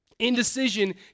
Indecision